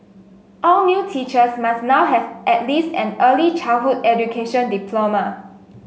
all new teachers must now have at least an early childhood education diploma